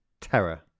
terror